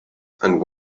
and